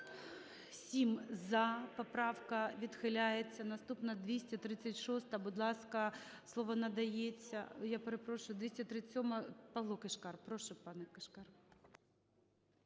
За-7 Поправка відхиляється. Наступна 236-а. Будь ласка, слово надається… Я перепрошую, 237-а, ПавлоКишкар. Прошу, пане Кишкар.